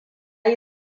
yi